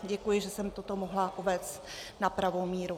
Děkuji, že jsem toto mohla uvést na pravou míru.